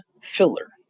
filler